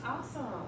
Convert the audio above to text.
awesome